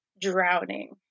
drowning